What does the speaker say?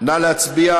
לפרוטוקול,